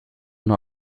nur